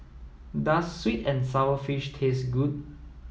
does sweet and sour fish taste good